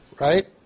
right